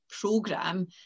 program